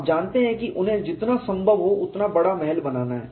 आप जानते हैं कि उन्हें जितना संभव हो उतना बड़ा महल बनाना है